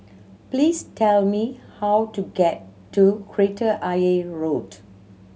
please tell me how to get to Kreta Ayer Road